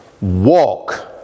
walk